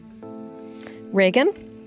Reagan